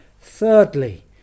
Thirdly